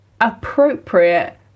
appropriate